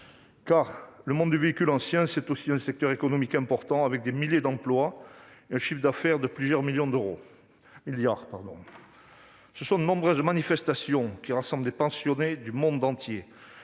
le monde du véhicule ancien est aussi un secteur économique important, avec des milliers d'emplois et un chiffre d'affaires de plusieurs milliards d'euros. Ce sont de nombreuses manifestations qui rassemblent des passionnés du monde entier.